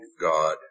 God